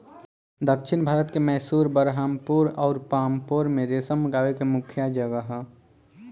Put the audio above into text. दक्षिण भारत के मैसूर, बरहामपुर अउर पांपोर में रेशम उगावे के मुख्या जगह ह